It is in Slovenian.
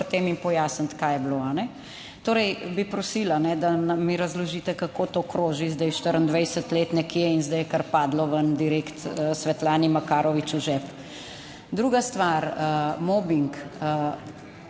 pri tem in pojasniti, kaj je bilo torej bi prosila, da mi razložite, kako to kroži zdaj 24 let nekje in zdaj je kar padlo ven direkt Svetlani Makarovič v žep. Druga stvar, mobing.